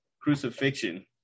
crucifixion